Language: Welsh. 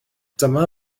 dyma